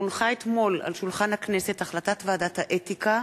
כי הונחה אתמול על שולחן הכנסת החלטת ועדת האתיקה